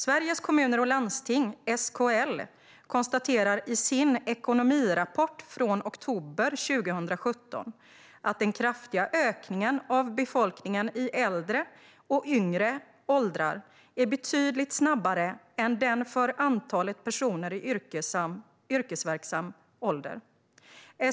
Sveriges kommuner och Landsting, SKL, konstaterar i sin ekonomirapport från oktober 2017 att den kraftiga ökningen av befolkningen i äldre och yngre åldrar är betydligt snabbare än den för antalet personer i yrkesverksam ålder.